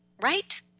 right